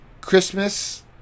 christmas